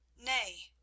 NAY